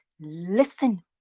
listen